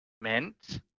meant